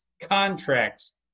contracts